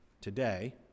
today